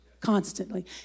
constantly